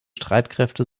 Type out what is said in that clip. streitkräfte